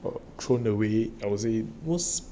thrown already I would say most